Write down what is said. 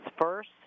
first